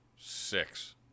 Six